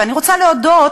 ואני רוצה להודות